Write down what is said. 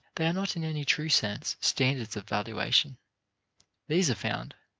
they are not in any true sense standards of valuation these are found,